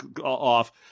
off